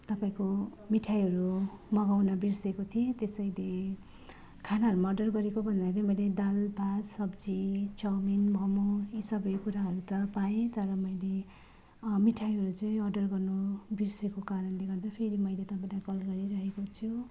तपाईँको मिठाईहरू मगाउन बिर्सिएको थिएँ त्यसैले खानाहरूमा अर्डर गरेको भन्नाले मैले दाल भात सब्जी चाउमिन मोमो यी सबै कुराहरू त पाएँ तर मैले मिठाईहरू चाहिँ अर्डर गर्न बिर्सिएको कारणले गर्दा फेरि मैले तपाईँलाई कल गरिरहेको छु